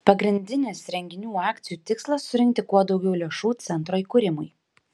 pagrindinis renginių akcijų tikslas surinkti kuo daugiau lėšų centro įkūrimui